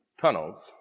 Tunnels